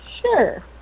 sure